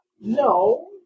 No